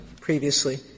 previously